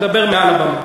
מאה אחוז, דבר מעל הבמה.